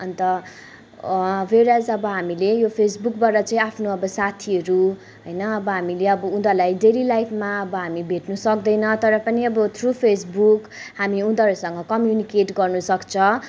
अन्त average अब हामीले यो फेसबुकबाट चाहिँ आफ्नो अब साथीहरू होइन अब हामीले अब उनीहरूलाई डेली लाइफमा अब हामीले भेट्नु सक्दैन तर पनि अब थ्रु फेसबुक हामी उनीहरूसँग कम्युनिकेट गर्नुसक्छ